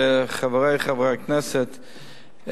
חברי חברי הכנסת,